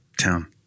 town